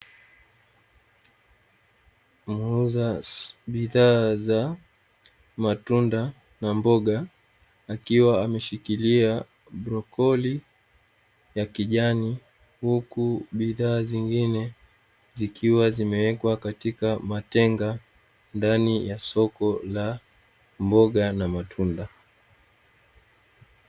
Muuza bidhaa za matunda na mboga, akiwa ameshikilia blokori ya kijani, huku bidhaa zingine zikiwa zimewekwa katika matenga ndani ya soko la mboga na matunda.